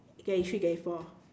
twenty three twenty four